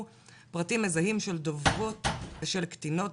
פרטים מזהים של דוברות ושל קטינות,